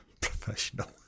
Professional